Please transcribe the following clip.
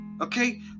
Okay